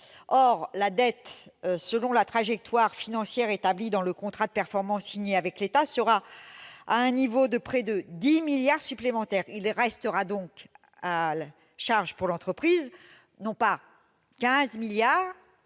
Or la dette, selon la trajectoire financière établie dans le contrat de performance signée avec l'État, sera à un niveau de près de 10 milliards d'euros supplémentaires. Il restera donc à charge pour l'entreprise non pas 15 milliards